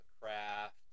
craft